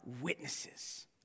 witnesses